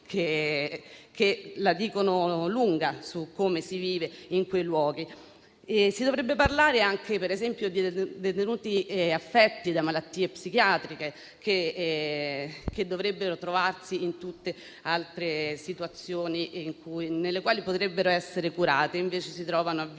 che la dicono lunga su come si vive in quei luoghi e si dovrebbe parlare anche, per esempio, dei detenuti affetti da malattie psichiatriche che dovrebbero trovarsi in situazioni ben diverse, nelle quali potrebbero essere curati e invece si trovano a